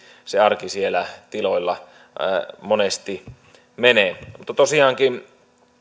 se arki valitettavasti siellä tiloilla monesti menee tosiaankin